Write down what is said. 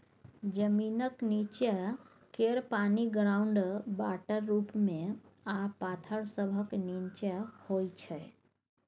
जमीनक नींच्चाँ केर पानि ग्राउंड वाटर रुप मे आ पाथर सभक नींच्चाँ होइ छै